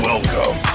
Welcome